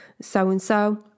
so-and-so